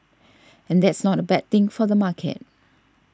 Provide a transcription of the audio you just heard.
and that's not a bad thing for the market